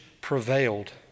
prevailed